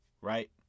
right